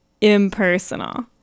impersonal